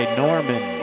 norman